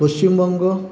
Paschimbanga